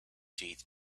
teeth